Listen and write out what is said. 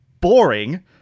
Boring